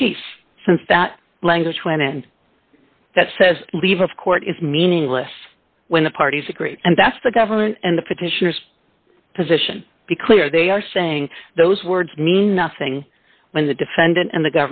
that language went in that says leave of court is meaningless when the parties agree and that's the government and the petitioners position be clear they are saying those words mean nothing when the defendant and the